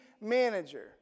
manager